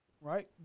right